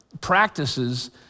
practices